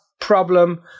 problem